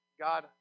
God